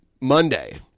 Monday